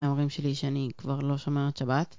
להורים שלי שאני כבר לא שומרת שבת